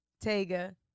Tega